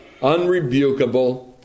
unrebukable